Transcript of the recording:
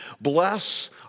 bless